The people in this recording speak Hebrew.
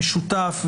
במשותף,